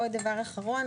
דבר אחרון,